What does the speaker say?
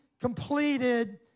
completed